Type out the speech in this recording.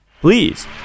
please